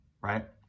right